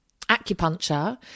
acupuncture